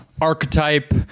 archetype